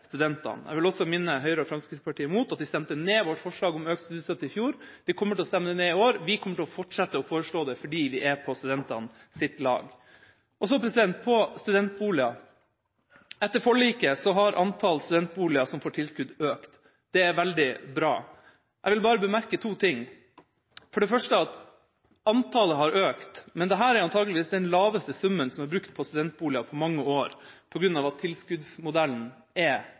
studentene. Jeg vil også minne Høyre og Fremskrittspartiet om at de stemte ned vårt forslag om økt studiestøtte i fjor. De kommer til å stemme det ned i år – vi kommer til å fortsette å foreslå det, fordi vi er på studentenes lag. Så til studentboliger: Etter forliket har antall studentboliger som får tilskudd, økt. Det er veldig bra. Jeg vil bare bemerke to ting. For det første: Antallet har økt, men dette er antageligvis den laveste summen som er brukt på studentboliger på mange år, på grunn av at tilskuddsmodellen er